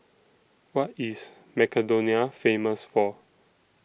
What IS Macedonia Famous For